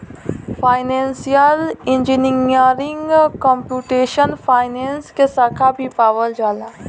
financial engineering computational finance के साखा भी पावल जाला